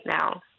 now